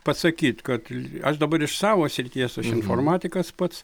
pasakyt kad aš dabar iš savo srities aš informatikas pats